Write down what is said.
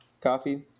Coffee